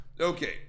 Okay